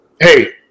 hey